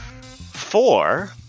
four